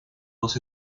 dos